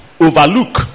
overlook